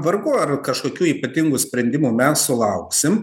vargu ar kažkokių ypatingų sprendimų mes sulauksim